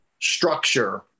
structure